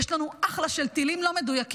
יש לנו אחלה של טילים לא מדויקים.